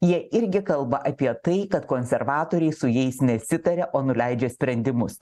jie irgi kalba apie tai kad konservatoriai su jais nesitaria o nuleidžia sprendimus